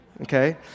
Okay